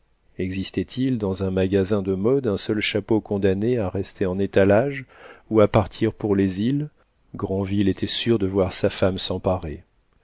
existait-il dans un magasin de modes un seul chapeau condamné à rester en étalage ou à partir pour les îles granville était sûr de voir sa femme s'en parer